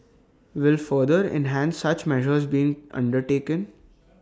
will further enhance such measures being undertaken